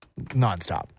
nonstop